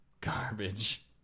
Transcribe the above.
garbage